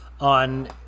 on